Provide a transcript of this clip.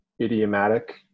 idiomatic